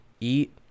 eat